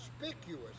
conspicuous